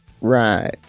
Right